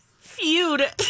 feud